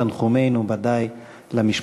תנחומינו, ודאי, למשפחה.